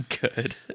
good